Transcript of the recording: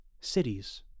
Cities